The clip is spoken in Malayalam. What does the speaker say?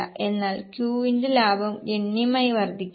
എന്നാൽ Q വിന്റെ ലാഭം ഗണ്യമായി വർദ്ധിക്കുകയാണ്